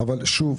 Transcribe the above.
אבל שוב,